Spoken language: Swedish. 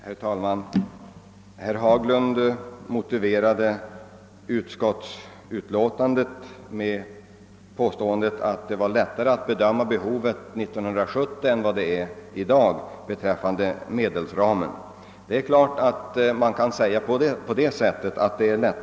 Herr talman! Herr Fagerlund motiverade utskottsmajoritetens inställning med påståendet att det blir lättare att bedöma medelsbehovet 1970 än det är i dag. Naturligtvis kan man instämma i det.